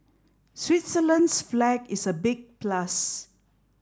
Switzerland's flag is a big plus